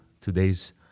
today's